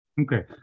Okay